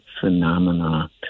phenomena